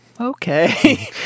okay